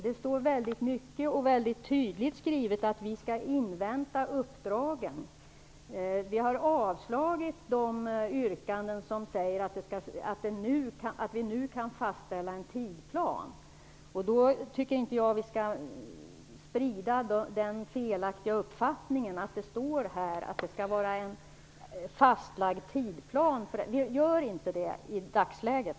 Det står mycket och tydligt skrivet att vi skall invänta uppdragen. Vi har avstyrkt de yrkanden som kräver att vi nu skall fastställa en tidplan. Då tycker inte jag att vi skall sprida den felaktiga uppfattningen att det står att det skall vara en fastlagd tidplan för detta. Vi har inte en sådan i dagsläget.